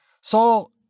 Saul